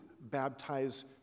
baptize